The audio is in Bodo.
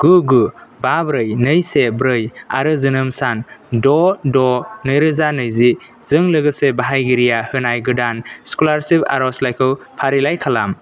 गु गु बा ब्रै नै से ब्रै आरो जोनोम सान द' द' नैरोजा नैजिजों लोगोसे बाहायगिरिया होनाय गोदान स्क'लारशिप आर'जलाइखौ फारिलाइ खालाम